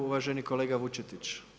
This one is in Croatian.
Uvaženi kolega Vučetić.